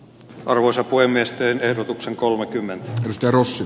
arvoisa puhemies tein ehdotuksen kolmekymmentä turussa